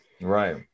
Right